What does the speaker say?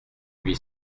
huit